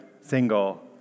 single